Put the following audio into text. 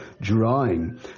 drawing